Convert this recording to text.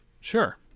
sure